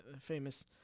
famous